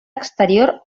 exterior